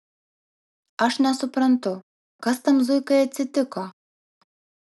aš nesuprantu kas tam zuikai atsitiko